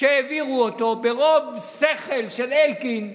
שהעבירו ברוב שכל של אלקין,